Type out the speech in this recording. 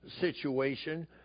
situation